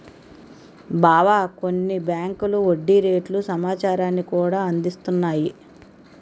బావా కొన్ని బేంకులు వడ్డీ రేట్ల సమాచారాన్ని కూడా అందిస్తున్నాయి